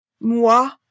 Moi